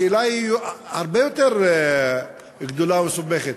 השאלה היא הרבה יותר גדולה ומסובכת: